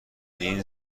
این